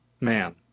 man